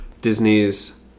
Disney's